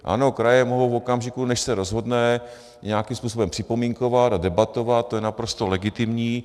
Ano, kraje mohou v okamžiku, než se rozhodne, nějakým způsobem připomínkovat a debatovat, to je naprosto legitimní.